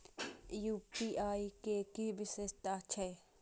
UPI के कि विषेशता छै?